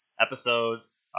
episodes